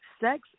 sex